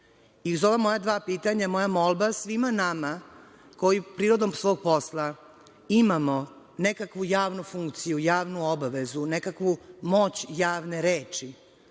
Iz ova moja dva pitanja, moja molba svima nama koji prirodom svog posla imamo nekakvu javnu funkciju, javnu obavezu, nekakvu moć javne reči,